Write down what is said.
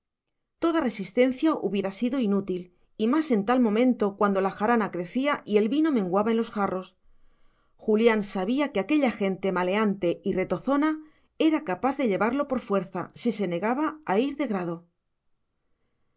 toda resistencia hubiera sido inútil y más en tal momento cuando la jarana crecía y el vino menguaba en los jarros julián sabía que aquella gente maleante y retozona era capaz de llevarlo por fuerza si se negaba a ir de grado